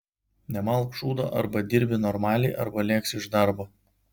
nemalk šūdo arba dirbi normaliai arba lėksi iš darbo